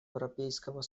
европейского